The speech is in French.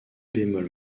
bémol